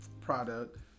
product